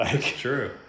true